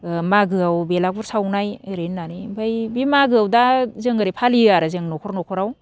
ओ मागोआव बेलागुर सावनाय ओरै होननानै बे मागोआव दा जोङो ओरै फालियो आरो जों न'खर न'खराव